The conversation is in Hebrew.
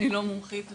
אני לא מומחית לצבאים,